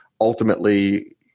ultimately